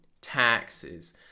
taxes